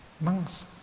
Monks